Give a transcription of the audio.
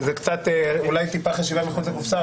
אז זה לא שאנחנו יכולים כאילו לרחוץ בניקיון כפינו.